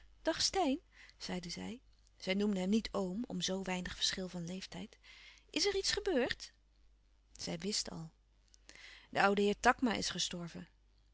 dag steyn zeide zij zij noemde hem niet oom om zoo weinig verschil van leeftijd is er iets gebeurd zij wist al de oude heer takma is gestorven